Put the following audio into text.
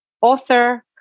author